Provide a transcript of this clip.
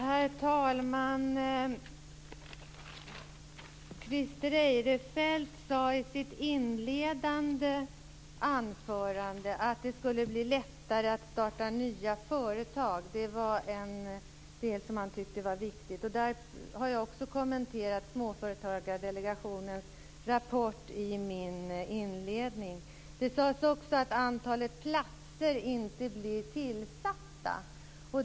Herr talman! Christer Eirefelt sade i sitt inledande anförande att det skulle bli lättare att starta nya företag. Det var något som han tyckte var viktigt. Jag har kommenterat Småföretagardelegationens rapport i min inledning. Det sades också att antalet platser inte blir tillsatta.